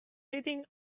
sitting